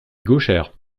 gauchère